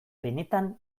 benetan